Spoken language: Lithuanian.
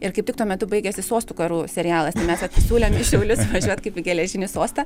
ir kaip tik tuo metu baigėsi sostų karų serialas tai mes siūlėm į šiaulius važiuot kaip į geležinį sostą